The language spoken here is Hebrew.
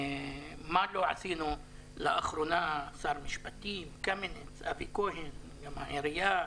מה לא עשינו בנושא, שר המשפטים, קמיניץ, עירייה,